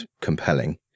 compelling